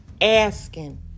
Asking